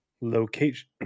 location